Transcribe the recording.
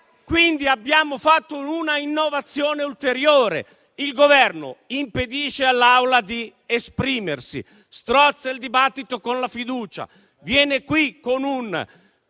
quindi introdotto una innovazione ulteriore: il Governo impedisce all'Assemblea di esprimersi, strozza il dibattito con la fiducia, viene qui con un